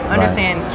Understand